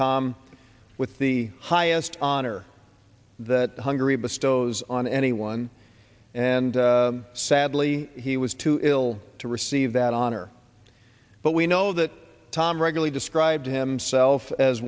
tom with the highest honor that hungary bestows on anyone and sadly he was too ill to receive that honor but we know that tom regularly described himself as